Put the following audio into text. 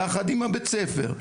יחד עם הבית ספר,